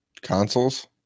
Consoles